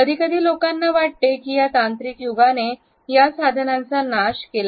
कधीकधी लोकांना वाटते की या तांत्रिक यु गाने या साधनांचा नाश केला आहे